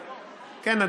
כן,